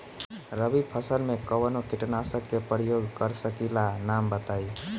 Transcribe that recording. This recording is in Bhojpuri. रबी फसल में कवनो कीटनाशक के परयोग कर सकी ला नाम बताईं?